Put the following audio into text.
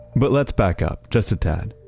but let's back up just a tad.